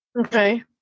okay